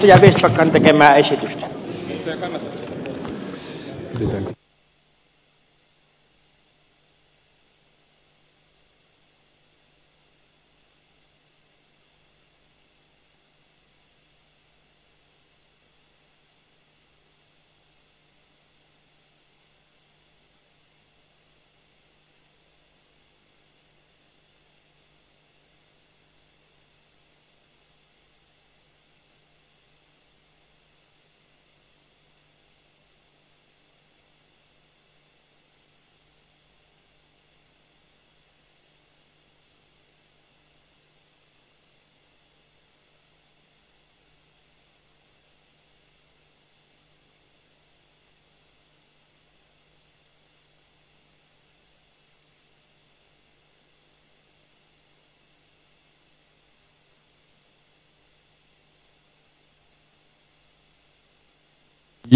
vistbackan tekemää esitystä